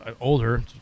older